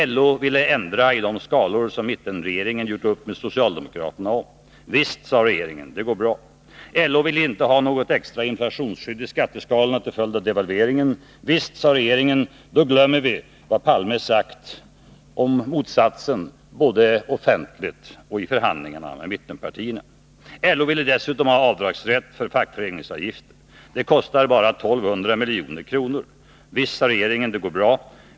LO ville ändra i de skalor som mittenregeringen gjort upp med socialdemokraterna om. Visst, sade regeringen, det går bra. LO ville inte ha något extra inflationsskydd i skatteskalorna till följd av devalveringen. Visst, sade regeringen, då glömmer vi att Olof Palme sagt motsatsen både offentligt och i förhandlingarna med mittenpartierna. LO ville dessutom ha avdragsrätt för fackföreningsavgift — ”det kostar bara 1200 milj.kr.”. Visst, sade regeringen, det går bra.